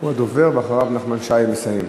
הוא הדובר, ואחריו נחמן שי מסיים.